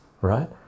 right